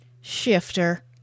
Shifter